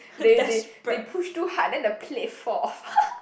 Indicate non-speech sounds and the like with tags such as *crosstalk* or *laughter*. they they they push too hard then the plate fall off *laughs*